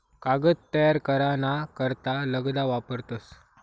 कागद तयार करा ना करता लगदा वापरतस